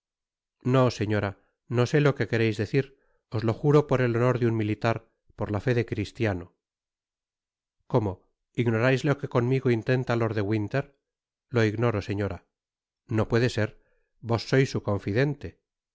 no señora no sé lo que quereis decir os lo juro por el honor de un militar por la fe de cristiano cómo ignorais lo que conmigo intenta lord de winter lo ignoro señora no puede ser vos sois su confidente